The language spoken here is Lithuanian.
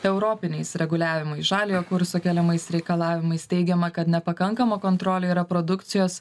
europiniais reguliavimais žaliojo kurso keliamais reikalavimais teigiama kad nepakankama kontrolė yra produkcijos